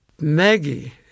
Maggie